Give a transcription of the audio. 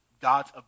God's